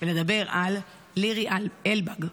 ולדבר על לירי אלבג,